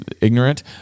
ignorant